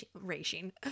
racing